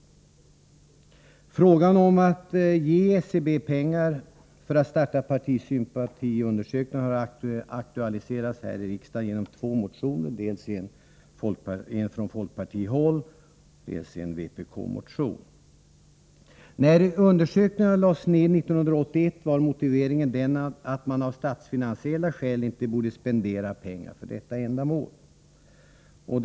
Frågan om att ge SCB pengar för att starta partisympatiundersökningar har aktualiserats här i riksdagen genom två motioner, dels en motion från folkpartihåll, dels en vpk-motion. När dessa undersökningar lades ned 1981 var motiveringen den att man av statsfinansiella skäl inte borde spendera pengar för ändamålet i fråga.